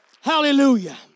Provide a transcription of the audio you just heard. Hallelujah